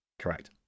Correct